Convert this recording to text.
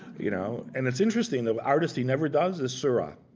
you know. and it's interesting, the artist he never does is seurat.